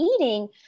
eating